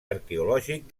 arqueològic